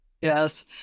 Yes